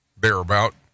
thereabout